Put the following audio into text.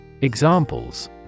Examples